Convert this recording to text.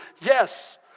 Yes